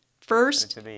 First